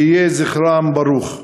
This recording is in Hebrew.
שיהיה זכרם ברוך.